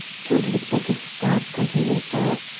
count victor could scarce contain himself.